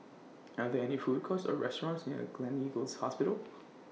Are There any Food Courts Or restaurants near Gleneagles Hospital